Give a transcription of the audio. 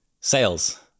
sales